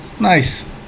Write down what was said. Nice